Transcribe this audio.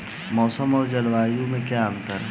मौसम और जलवायु में क्या अंतर?